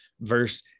verse